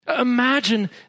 Imagine